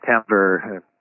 September